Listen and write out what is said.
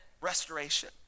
Restoration